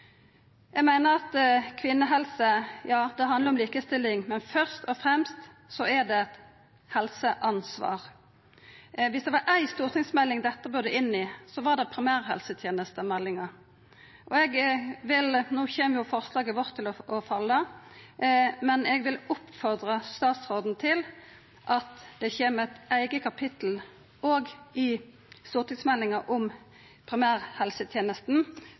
Eg meiner at kvinnehelse handlar om likestilling, men først og fremst er det eit helseansvar. Dersom det var éi stortingsmelding dette burde inn i, var det primærhelsetenestemeldinga. No kjem jo forslaget vårt til å falla, men eg vil oppfordra statsråden til at det kjem eit eige kapittel om dette òg i stortingsmeldinga om